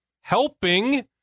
helping